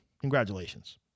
Congratulations